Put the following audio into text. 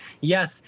Yes